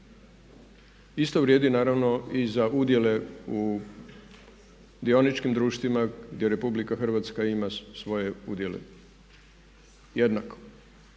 Isto vrijedi naravno i za udjele u dioničkim društvima gdje RH ima svoje udjele, jednako